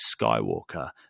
Skywalker